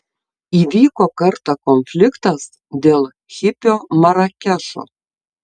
įvyko kartą konfliktas dėl hipio marakešo